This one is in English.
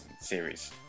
series